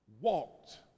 walked